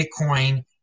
Bitcoin